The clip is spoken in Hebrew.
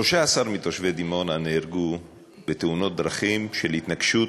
13 מתושבי דימונה נהרגו בתאונות דרכים של התנגשות,